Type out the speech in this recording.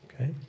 okay